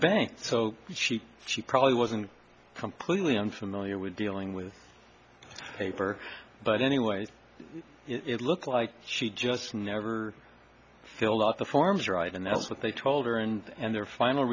bank so she she probably wasn't completely unfamiliar with dealing with paper but anyway it looked like she just never filled out the forms right and that's what they told her and their final